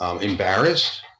embarrassed